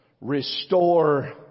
restore